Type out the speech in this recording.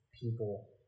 people